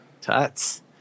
Tuts